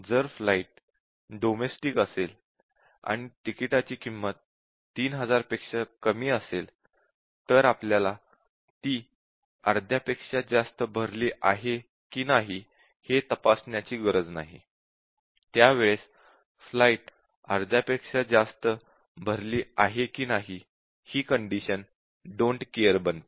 जर flight domestic असेल आणि तिकिटाची किंमत 3000 पेक्षा कमी असेल तर आपल्याला ती अर्ध्यापेक्षा जास्त भरली आहे की नाही हे तपासण्याची गरज नाही त्यावेळेस फ्लाइट अर्ध्यापेक्षा जास्त भरली आहे कि नाही कंडिशन डोन्ट केअर बनते